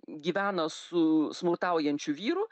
gyvena su smurtaujančiu vyru